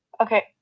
Okay